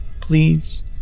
Please